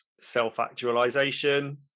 self-actualization